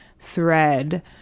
thread